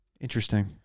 interesting